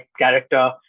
character